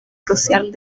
crucial